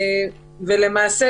למעשה,